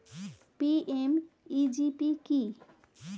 PMEGP কি?